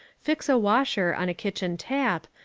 fix a washer on a kitchen tap,